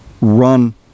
run